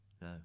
no